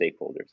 stakeholders